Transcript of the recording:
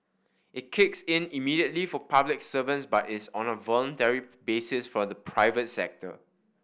it kicks in immediately for public servants but is on a voluntary basis for the private sector